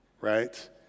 Right